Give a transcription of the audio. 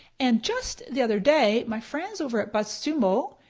and just the other day my friends over at buzzsumo